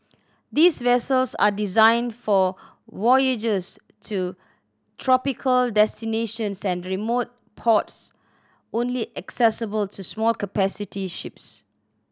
these vessels are designed for voyages to tropical destinations and remote ports only accessible to small capacity ships